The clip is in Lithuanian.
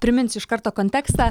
priminsiu iš karto kontekstą